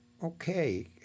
okay